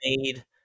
made